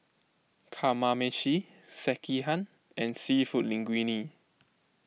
Kamameshi Sekihan and Seafood Linguine